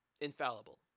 infallible